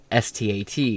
STAT